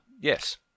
yes